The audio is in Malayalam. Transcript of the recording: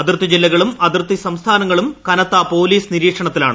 അതിർത്തി ജില്ലകളും അതിർത്തി സംസ്ഥാനങ്ങളും കനത്ത പോലീസ് നിരീക്ഷണത്തിലാണ്